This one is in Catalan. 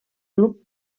club